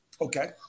Okay